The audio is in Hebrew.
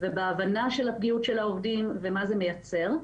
ובהבנה של הפגיעות של העובדים ומה זה מייצר.